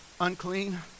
unclean